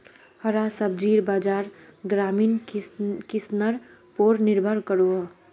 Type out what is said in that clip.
हरा सब्जिर बाज़ार ग्रामीण किसनर पोर निर्भर करोह